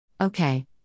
Okay